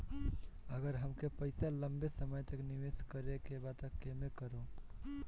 अगर हमके पईसा लंबे समय तक निवेश करेके बा त केमें करों?